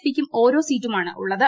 പിക്കും ഓരോ സീറ്റുമാണുള്ളത്